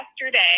yesterday